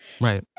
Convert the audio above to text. Right